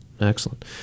excellent